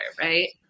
right